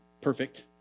perfect